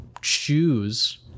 Choose